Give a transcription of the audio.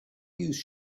use